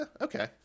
okay